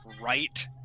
right